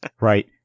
Right